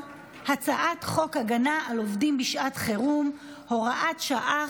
הצעת חוק הגנה על עובדים בשעת חירום (הוראת שעה,